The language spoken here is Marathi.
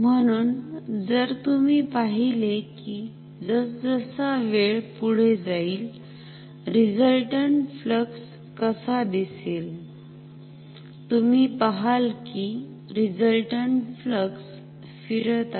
म्हणून जर तुम्ही पाहिले कि जसजसा वेळ पुढे जाईल रिझल्टन्ट फ्लक्स कसा दिसेलतुम्ही पहाल कि रिझल्टन्ट फ्लक्स फिरत आहे